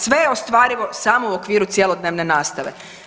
Sve je ostvarivo samo u okviru cjelodnevne nastave.